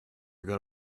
good